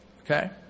okay